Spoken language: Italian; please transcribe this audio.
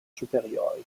superiori